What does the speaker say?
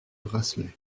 bracelets